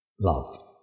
love